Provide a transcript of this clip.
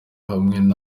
hamwe